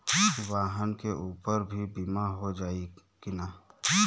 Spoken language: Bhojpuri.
वाहन के ऊपर भी बीमा हो जाई की ना?